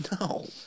no